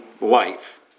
life